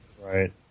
Right